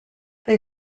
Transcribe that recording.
they